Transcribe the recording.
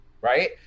right